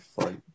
fight